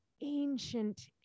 ancient